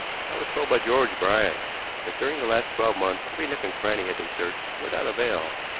i was told by george bryant that during the last twelve months every nook and cranny had been searched without avail.